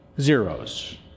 zeros